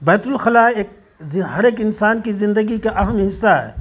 بیت الخلا ایک ہر ایک انسان کی زندگی کا اہم حصہ ہے